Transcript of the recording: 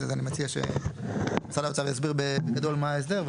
אז אני מציע שמשרד האוצר יסביר בגדול מה ההסדר.